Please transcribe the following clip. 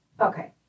Okay